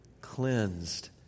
cleansed